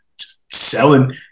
selling